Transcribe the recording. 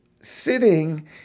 sitting